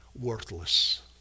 Worthless